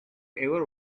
ever